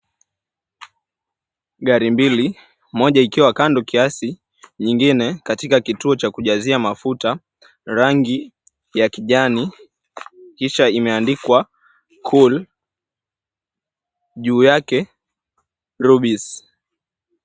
Gari mbili moja ikiwa kando kiasi nyingine katika kituo cha kujazia mafuta rangi ya kijani kisha imeandikwa, Cool, juu yake, Rubis.